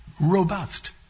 robust